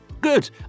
Good